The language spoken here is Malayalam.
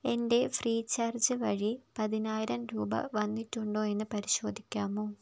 എൻ്റെ ഫ്രീ ചാർജ്ജ് വഴി പതിനായിരം രൂപ വന്നിട്ടുണ്ടോ എന്ന് പരിശോധിക്കാമോ